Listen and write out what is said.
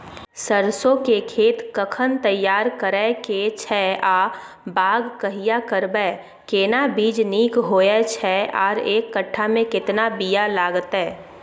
सरसो के खेत कखन तैयार करै के छै आ बाग कहिया करबै, केना बीज नीक होय छै आर एक कट्ठा मे केतना बीया लागतै?